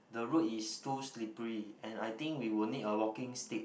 the road is too slippery and I think we would need a walking stick